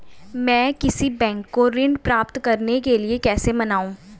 मैं किसी बैंक को ऋण प्राप्त करने के लिए कैसे मनाऊं?